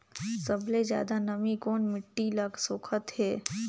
सबले ज्यादा नमी कोन मिट्टी ल सोखत हे?